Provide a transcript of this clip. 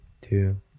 two